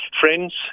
friends